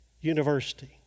University